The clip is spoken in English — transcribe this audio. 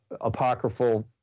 apocryphal